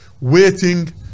waiting